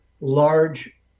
large